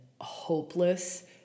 hopeless